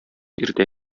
иртә